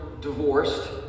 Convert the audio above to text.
divorced